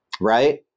right